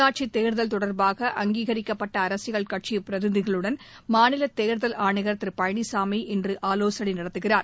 உள்ளாட்சித்தேர்தல் தொடர்பாக அங்கீகரிக்கப்பட்ட அரசியல் கட்சி பிரதிநிதிகளுடன் மாநிலத்தேர்தல் ஆணையர் திரு பழனிசாமி இன்று ஆவோசனை நடத்துகிறார்